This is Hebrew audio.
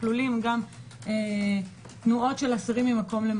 כלולים גם תנועות של אסירים ממקום למקום.